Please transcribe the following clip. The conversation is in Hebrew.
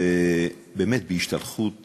עמד כאן ובאמת בהשתלחות